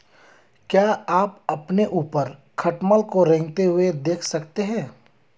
क्या आप अपने ऊपर खटमल को रेंगते हुए देख सकते हैं?